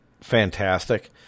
fantastic